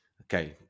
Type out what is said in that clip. okay